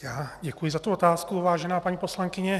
Tak já děkuji za tu otázku, vážená paní poslankyně.